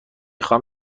خواهم